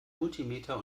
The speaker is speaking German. multimeter